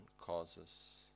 causes